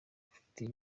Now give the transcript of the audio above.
ufitiye